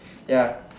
ya